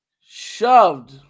shoved